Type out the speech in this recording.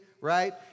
right